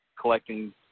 collecting